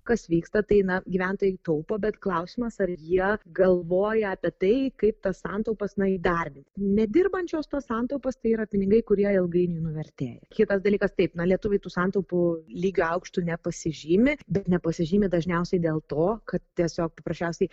kas vyksta tai na gyventojai taupo bet klausimas ar jie galvoja apie tai kaip tas santaupas na įdarbinti nedirbančios tos santaupos tai yra pinigai kurie ilgainiui nuvertėja kitas dalykas taip na lietuviai tų santaupų lygiu aukštu nepasižymi bet nepasižymi dažniausiai dėl to kad tiesiog paprasčiausiai